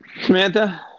Samantha